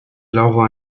laura